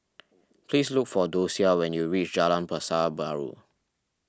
please look for Dosia when you reach Jalan Pasar Baru